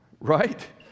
Right